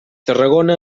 tarragona